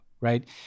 right